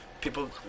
people